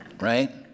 Right